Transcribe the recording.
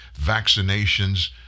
vaccinations